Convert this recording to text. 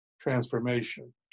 transformation